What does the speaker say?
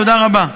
תודה רבה.